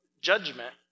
judgment